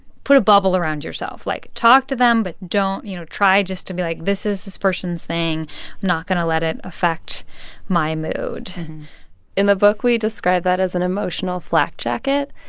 put a bubble around yourself. like, talk to them but don't you know, try just to be like this is this person's thing. i'm not going to let it affect my mood in the book, we describe that as an emotional flak jacket.